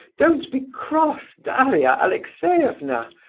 don't be cross, daria alexeyevna!